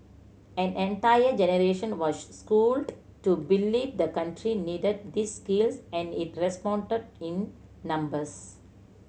an entire generation was schooled to believe the country needed these skills and it responded in numbers